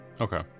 Okay